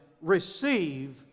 receive